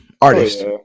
artist